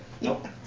Nope